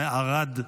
מערד,